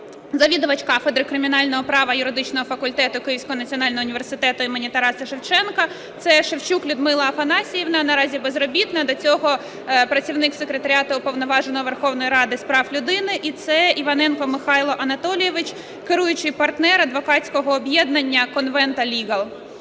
завідувач кафедри кримінального права юридичного факультету Київського національного університету імені Тараса Шевченка. Це Шевчук Людмила Афанасіївна – наразі безробітна, до цього працівник Секретаріату Уповноваженого Верховної Ради з прав людини І це Іваненко Михайло Анатолійович – керуючий партнер адвокатського об'єднання "Конвента Ліґал".